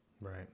Right